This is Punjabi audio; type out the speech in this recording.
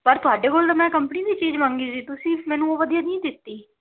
ਪਰ ਤੁਹਾਡੇ ਕੋਲੋਂ ਤਾਂ ਮੈਂ ਕੰਪਨੀ ਦੀ ਚੀਜ਼ ਮੰਗੀ ਸੀ ਤੁਸੀਂ ਮੈਨੂੰ ਉਹ ਵਧੀਆ ਨਹੀਂ ਦਿੱਤੀ